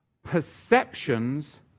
Perceptions